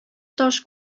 таш